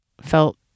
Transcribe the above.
felt